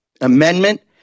amendment